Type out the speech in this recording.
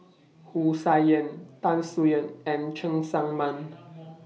Wu Tsai Yen Tan Soo NAN and Cheng Tsang Man